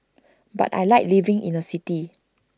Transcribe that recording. but I Like living in A city